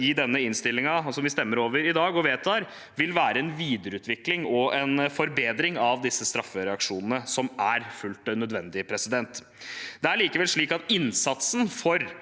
at den innstillingen som vi stemmer over og vedtar i dag, vil være en videreutvikling og forbedring av straffereaksjonene som er fullt nødvendige. Det er likevel slik at innsatsen for